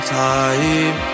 time